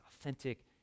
authentic